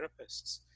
therapists